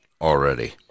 already